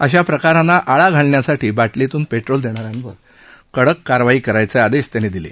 अशा प्रकारांना आळा घालण्यासाठी बाटलीतून पेट्रोल देणाऱ्यांवर कडक कारवाई करायचे आदेश त्यांनी दिले